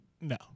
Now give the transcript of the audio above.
no